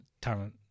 talent